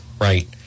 right